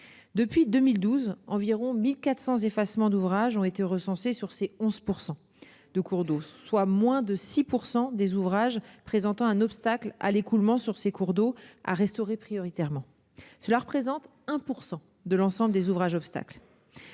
Depuis 2012, environ 1 400 effacements d'ouvrages ont été recensés sur ces 11 % de cours d'eau, soit moins de 6 % des ouvrages présentant un obstacle à l'écoulement à restaurer prioritairement. Cela représente 1 % de l'ensemble des ouvrages obstacles.